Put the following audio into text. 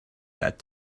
that